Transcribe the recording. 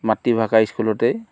মাতৃভাষাৰ স্কুলতেই